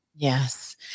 Yes